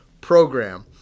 program